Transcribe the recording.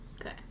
Okay